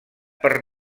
per